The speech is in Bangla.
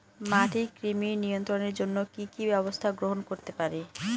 মাটির কৃমি নিয়ন্ত্রণের জন্য কি কি ব্যবস্থা গ্রহণ করতে পারি?